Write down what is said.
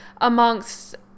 amongst